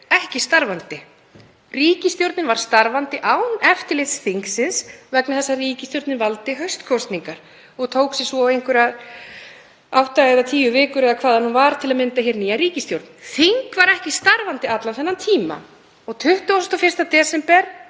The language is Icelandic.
ekki starfandi. Ríkisstjórnin var starfandi án eftirlits þingsins vegna þess að ríkisstjórnin valdi haustkosningar og tók sér svo átta eða tíu vikur, eða hvað það nú var, til að mynda nýja ríkisstjórn. Þingið var ekki starfandi allan þennan tíma og 21. desember